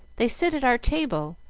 they sit at our table,